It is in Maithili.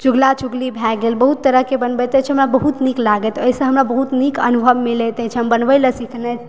चुगला चुगली भय गेल बहुत तरह के बनबैत अछि ओना बहुत नीक लागैत अछि हमरा बहुत नीक अनुभव मिलैत अछि हम बनबै लए सीखने छी